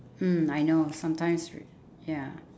mm I know sometimes w~ ya